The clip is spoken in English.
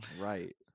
right